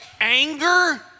anger